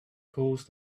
caused